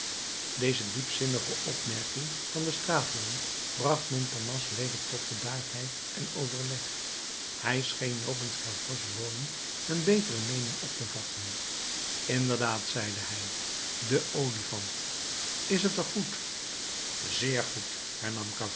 deze diepzinnige opmerking van den straatjongen bracht montparnasse weder tot bedaardheid en overleg hij scheen nopens gavroches woning een betere meening op te vatten inderdaad zeide hij de olifant is t er goed zeer goed